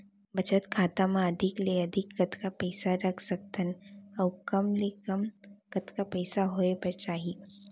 बचत खाता मा अधिक ले अधिक कतका पइसा रख सकथन अऊ कम ले कम कतका पइसा होय बर चाही?